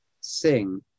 sing